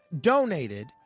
donated